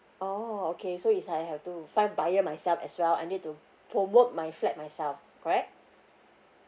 oh okay so it's like I have to find buyer myself as well I need to promote my flat myself correct